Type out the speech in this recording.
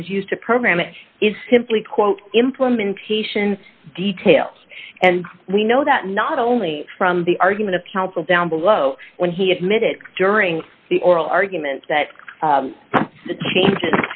that is used to program it is simply quote implementation details and we know that not only from the argument of counsel down below when he admitted during the oral arguments that the changes